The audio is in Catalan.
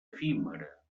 efímera